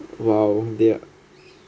!wow! they ar~